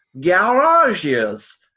garages